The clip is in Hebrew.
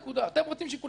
אתם רוצים שיקול דעת שלכם.